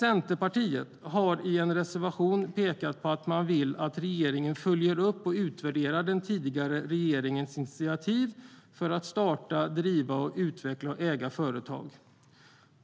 Centerpartiet har i en reservation pekat på att man vill att regeringen följer upp och utvärderar den tidigare regeringens initiativ för att starta, driva, utveckla och äga företag.